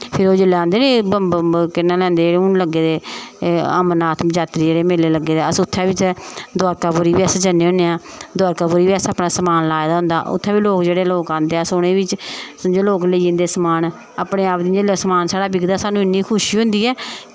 फिर ओह् जेल्लै आंदे नी बम बम केह् नांऽ लैंदे हून लग्गे दे अमरनाथ जात्तरी जेह्ड़े मेले लग्गे दे अस उत्थें बी द्वारकापुरी बी अस जन्ने होने आं द्वारकापुरी बी अस अपना समान लाए दा होंदा उत्थें बी लोग जेह्ड़े लोग आंदे अस उ'नें ई बी समझो लोग लेई जंदे समान अपने आप जेल्लै साढ़ा समान बिकदा सानूं इ'न्नी खुशी होंदी ऐ